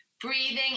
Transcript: breathing